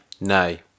nay